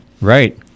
Right